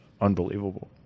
Unbelievable